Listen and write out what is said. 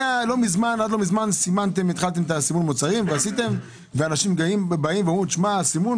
לא מזמן התחלתם בסימון המוצרים ואנשים אומרים: זה הסימון,